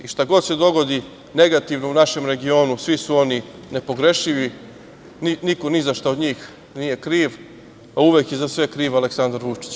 I šta god se dogodi negativno u našem regionu, svi su oni nepogrešivi, niko ni za šta od njih nije kriv, a uvek je za sve kriv Aleksandar Vučić.